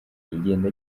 igenda